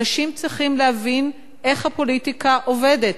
אנשים צריכים להבין איך הפוליטיקה עובדת.